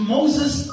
Moses